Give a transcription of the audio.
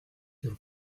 your